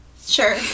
sure